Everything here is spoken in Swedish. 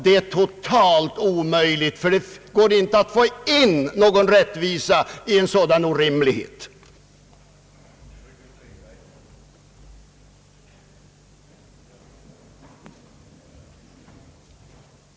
Det är totalt omöjligt, ty det går inte att få in rättvisa i ett sådant orättvist system som ärftlig monarki.